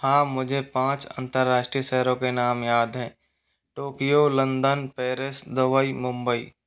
हाँ मुझे पाँच अंतरराष्ट्रीय शहरों के नाम याद है Tokyo London Paris Dubai Mumbai